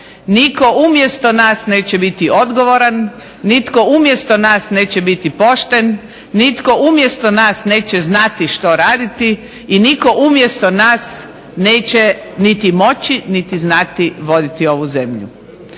nitko za nas naš posao raditi neće nitko umjesto nas neće biti pošten, nitko umjesto nas neće znati što raditi, i nitko umjesto nas neće niti moći niti znati voditi ovu zemlju.